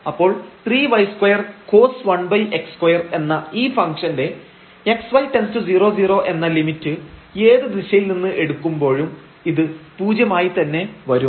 അപ്പോൾ 3y2 cos⁡1x2 എന്ന ഈ ഫംഗ്ഷന്റെ x y→00 എന്ന ലിമിറ്റ് ഏത് ദിശയിൽ നിന്ന് എടുക്കുമ്പോഴും ഇത് പൂജ്യമായി തന്നെ വരും